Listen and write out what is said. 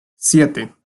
siete